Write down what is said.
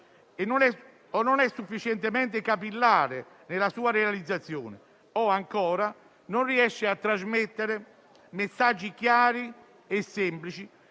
o non è sufficientemente capillare nella sua realizzazione o, ancora, non riesce a trasmettere messaggi chiari e semplici,